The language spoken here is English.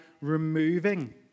removing